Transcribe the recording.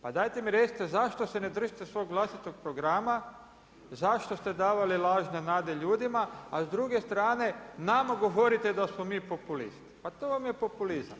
Pa dajte mi recite, zašto se ne držite svog vlastitog programa i zašto ste davali lažne nade ljudima a s druge strane nama govorite da ste vi populisti, pa to vam je populizam.